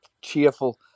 Cheerful